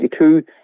1992